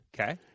Okay